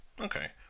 okay